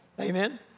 Amen